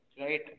right